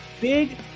big